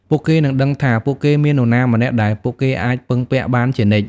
ពួកគេនឹងដឹងថា ពួកគេមាននរណាម្នាក់ដែលពួកគេអាចពឹងពាក់បានជានិច្ច។